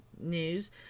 news